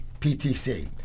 ptc